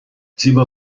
زیبا